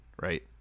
right